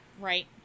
Right